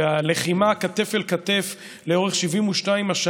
והלחימה כתף אל כתף לאורך 72 השנים,